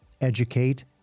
educate